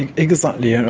and exactly. yeah